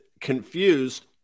confused